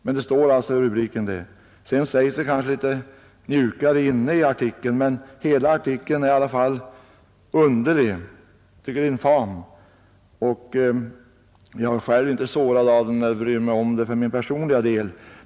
Men det står alltså i rubriken. Sedan är kanske tongångarna mjukare inne i artikeln, men hela artikeln är i alla fall underlig. Jag tycker att den är infam. Jag är själv inte sårad av den och bryr mig inte om den för min personliga del.